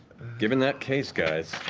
given that case, guys,